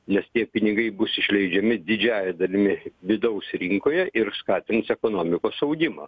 nes tie pinigai bus išleidžiami didžiąja dalimi vidaus rinkoje ir skatins ekonomikos augimą